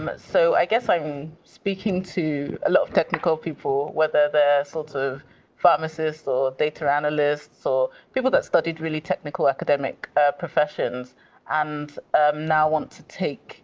but so i guess i'm speaking to a lot of technical people, whether they're sort of pharmacists or data analysts or people that studied really technical academic professions and now want to take